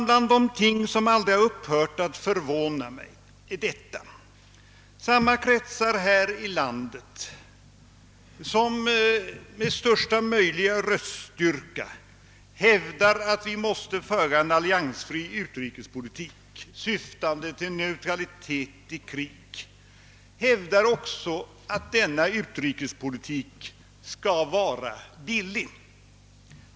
Bland de ting som aldrig upphört att förvåna mig är detta att samma kretsar här i landet, som med största möjliga röststyrka hävdar att vi måste föra en alliansfri utrikespolitik syftande till neutralitet i krig, också hävdar att denna utrikespolitik skall vara billig.